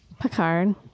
Picard